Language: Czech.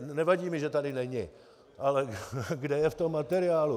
Nevadí mi, že tady není , ale kde je v tom materiálu?